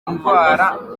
indwara